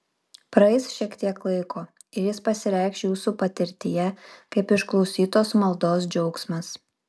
praeis šiek tiek laiko ir jis pasireikš jūsų patirtyje kaip išklausytos maldos džiaugsmas